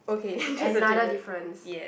okay another difference